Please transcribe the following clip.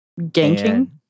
Ganking